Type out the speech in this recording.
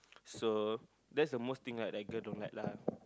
so that's the most thing like that girl don't like lah